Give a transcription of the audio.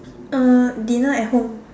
uh dinner at home